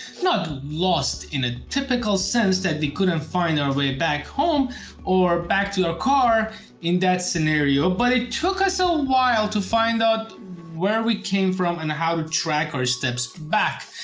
not lost in a typical sense that they couldn't find our way back home or back to our car in that scenario, but it took us a while to find out where we came from and how to track our steps back.